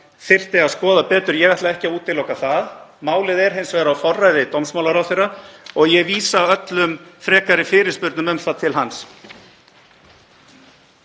þyrfti að skoða betur — ég ætla ekki að útiloka það. Málið er hins vegar á forræði dómsmálaráðherra og ég vísa öllum frekari fyrirspurnum um það til hans.